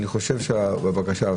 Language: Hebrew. בבקשה.